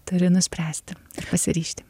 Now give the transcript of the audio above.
turi nuspręsti pasiryžti